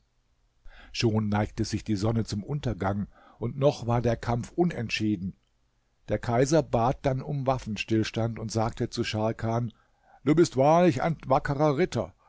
schon neigte sich die sonne zum untergang und noch war der kampf unentschieden der kaiser bat dann um waffenstillstand und sagte zu scharkan du bist wahrlich ein wackerer ritter